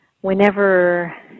Whenever